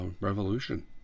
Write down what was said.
Revolution